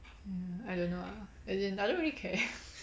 I don't know ah as in I don't really care